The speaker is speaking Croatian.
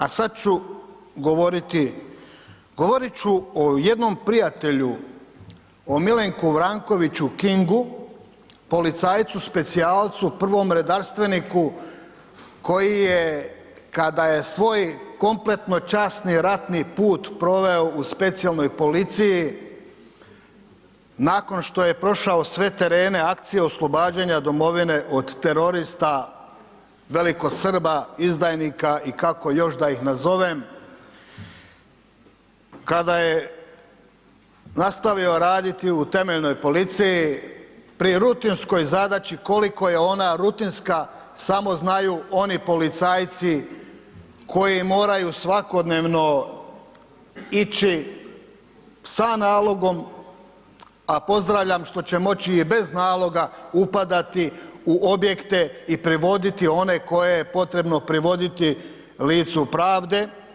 A sad ću govoriti, govorit ću o jednom prijatelju o Milenku Vrankoviću Kingu, policajcu specijalcu prvom redarstveniku koji je kada je svoj kompletno časni ratni put proveo u specijalnoj policiji, nakon što je prošao sve terene akcije oslobađanja domovine od terorista velikosrba izdajnika i kako još da ih nazovem, kada je nastavio raditi u temeljnoj policiji pri rutinskoj zadaći, koliko je ona rutinska samo znaju oni policajci koji moraju svakodnevno ići sa nalogom, a pozdravljam što će moći i bez naloga upadati u objekte i privoditi one koje je potrebno privoditi licu pravde.